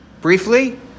briefly